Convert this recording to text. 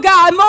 God